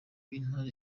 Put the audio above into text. intara